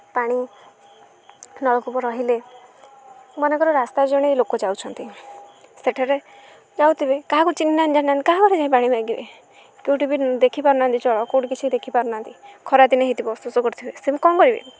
ପାଣି ନଳକୂପ ରହିଲେ ମନେକର ରାସ୍ତାରେ ଜଣେ ଲୋକ ଯାଉଛନ୍ତି ସେଠାରେ ଯାଉଥିବେ କାହାକୁ ଚିହ୍ନିନାହାନ୍ତି ଜାଣିନାହାନ୍ତି କାହା ଘରେ ଯାଇ ପାଣି ମାଗିବେ କେଉଁଠି ବି ଦେଖିପାରୁନାହାନ୍ତି ଜଳ କେଉଁଠି କିଛି ଦେଖିପାରୁନାହାନ୍ତି ଖରାଦିନ ହୋଇଥିବ ଶୋଷ କରୁଥିବ ସେମିତି କ'ଣ କରିବେ